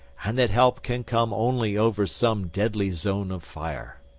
and that help can come only over some deadly zone of fire.